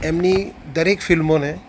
એમની દરેક ફિલ્મોને